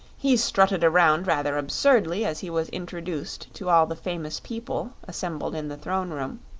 he strutted around rather absurdly as he was introduced to all the famous people assembled in the throne-room,